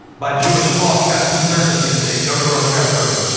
by jewish law, he got two-thirds of the estate. younger brother got a third.